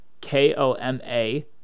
K-O-M-A